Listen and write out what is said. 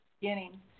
beginning